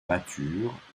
mature